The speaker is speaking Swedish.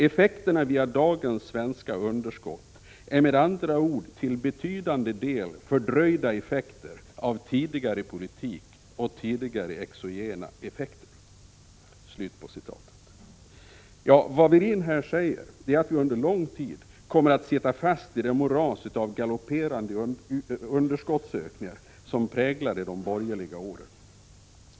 Effekterna via dagens svenska underskott är med andra ord till betydande del fördröjda effekter av tidigare politik och tidigare exogena effekter. Vad Werin säger är att vi under lång tid kommer att sitta fast i det moras av galopperande underskottsökningar som präglade de borgerliga åren.